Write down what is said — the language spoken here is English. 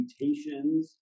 mutations